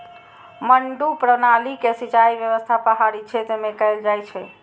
मड्डू प्रणाली के सिंचाइ व्यवस्था पहाड़ी क्षेत्र मे कैल जाइ छै